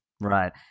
Right